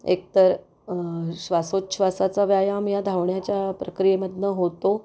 एक तर श्वासोच्छ्वासाचा व्यायाम या धावण्याच्या प्रक्रियेमधून होतो